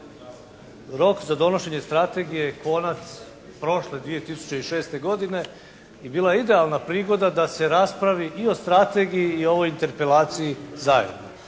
rok za donošenje Strategije konac prošle 2006. godine. I bila je idealna prigoda da se raspravi i o Strategiji i ovoj Interpelaciji zajedno.